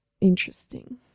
interesting